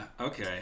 okay